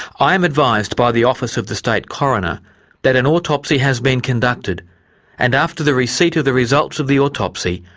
i am advised by the office of the state coroner that an autopsy has been conducted and after the receipt of the results of the autopsy,